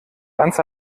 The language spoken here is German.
ganz